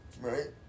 right